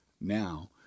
now